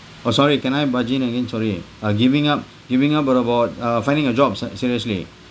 oh sorry can I barge in again sorry uh giving up giving up but about uh finding a job site seriously